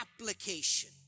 application